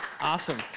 Awesome